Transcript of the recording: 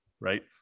right